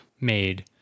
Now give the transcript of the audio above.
Made